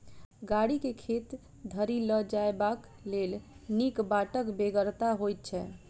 गाड़ी के खेत धरि ल जयबाक लेल नीक बाटक बेगरता होइत छै